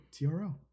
TRL